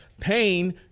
Pain